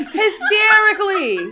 hysterically